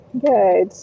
Good